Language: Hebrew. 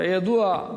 כידוע,